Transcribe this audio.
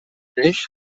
tanmateix